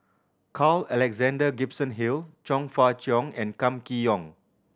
Carl Alexander Gibson Hill Chong Fah Cheong and Kam Kee Yong